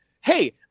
hey